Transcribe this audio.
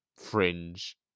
fringe